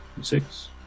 Six